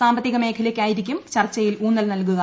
സാമ്പത്തിക മേഖലയ്ക്കായിരിക്കും ചർച്ചയിൽ ഉൌന്നൽ നൽകുക